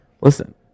listen